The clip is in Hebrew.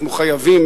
אנחנו חייבים,